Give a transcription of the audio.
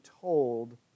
told